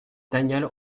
danielle